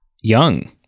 young